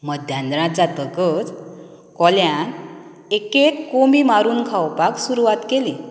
मध्यान रात जातकच कोल्यान एक एक कोंबी मारून खावपाक सुरवात केली